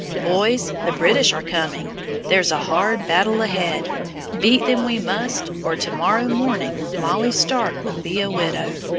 boys, the british are coming there's a hard battle ahead beat them we must, or to-morrow morning molly stark will be a widow.